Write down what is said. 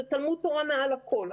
זה תלמוד תורה מעל הכול,